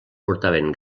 portaven